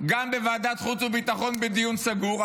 גם בוועדת חוץ וביטחון בדיון סגור,